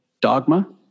dogma